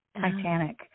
Titanic